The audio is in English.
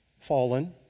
fallen